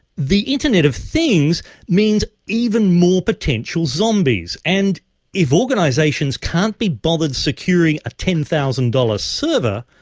the internet of things means even more potential zombies, and if organisations can't be bothered securing a ten thousand dollars server,